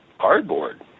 cardboard